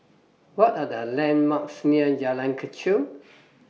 What Are The landmarks near Jalan Kechil